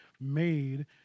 made